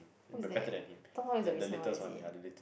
who's that Tom-Holland is the recent one is it